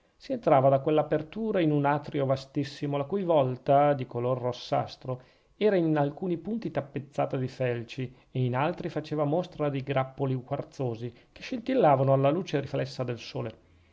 si entrava da quell'apertura in un atrio vastissimo la cui vlta di colore rossastro era in alcuni punti tappezzata di felci e in altri faceva mostra di grappoli quarzosi che scintillavano alla luce riflessa del sole